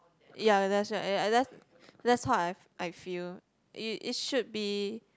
ya that's right ya ya that that's how I I feel it it should be